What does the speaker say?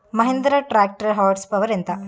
Mahindra tractor horse power ఎంత?